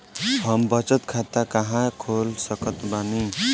हम बचत खाता कहां खोल सकत बानी?